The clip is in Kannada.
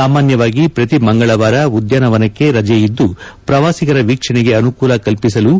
ಸಾಮಾನ್ಯವಾಗಿ ಪ್ರತಿ ಮಂಗಳವಾರ ಉದ್ಯಾನವನಕ್ಕೆ ರಜೆಯಿದ್ದು ಪ್ರವಾಸಿಗರ ವೀಕ್ಷಣೆಗೆ ಅನುಕೂಲ ಕಲ್ವಿಸಲು